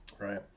right